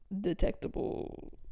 detectable